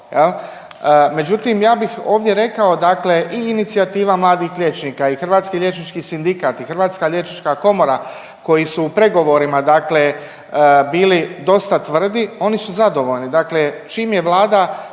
Međutim, ja bih ovdje rekao dakle i inicijativa mladih liječnika i Hrvatski liječnički sindikat i Hrvatska liječnička komora koji su u pregovorima bili dosta tvrdi oni su zadovoljni. Dakle, čim je Vlada